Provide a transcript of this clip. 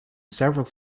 several